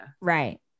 right